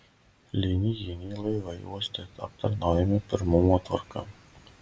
linijiniai laivai uoste aptarnaujami pirmumo tvarka